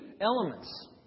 elements